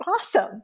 awesome